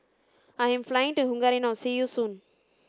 I am flying to Hungary now see you soon